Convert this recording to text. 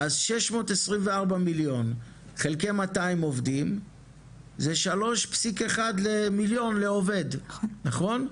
624 מיליון חלקי 200 עובדים זה 3.1 מיליון לעובד נכון?